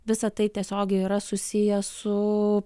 visa tai tiesiogiai yra susiję su